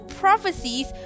prophecies